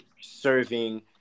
serving